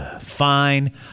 fine